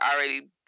already